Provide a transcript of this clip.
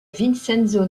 vincenzo